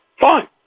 Fine